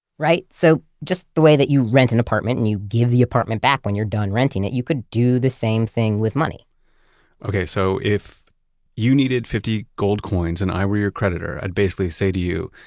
so just the way that you rent an apartment and you give the apartment back when you're done renting it, you could do the same thing with money okay, so if you needed fifty gold coins and i were your creditor, i'd basically say to you,